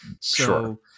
Sure